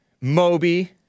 Moby